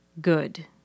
Good